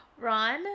Ron